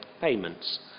payments